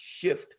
shift